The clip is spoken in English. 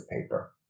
paper